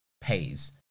pays